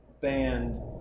band